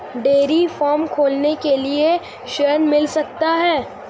Dairy farm खोलने के लिए ऋण मिल सकता है?